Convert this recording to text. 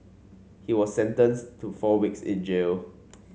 he was sentenced to four weeks in jail